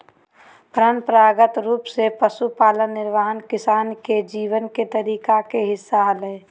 परंपरागत रूप से पशुपालन निर्वाह किसान के जीवन के तरीका के हिस्सा हलय